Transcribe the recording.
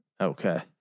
okay